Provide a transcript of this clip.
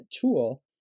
tool